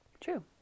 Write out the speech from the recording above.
True